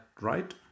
right